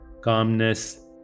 calmness